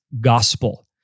gospel